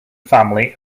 family